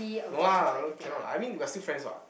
no lah no cannot I mean we're still friends what